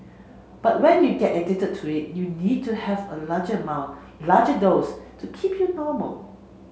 but when you get addicted to it you need to have a larger amount larger dose to keep you normal